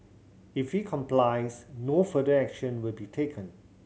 if he complies no further action will be taken